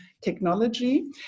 technology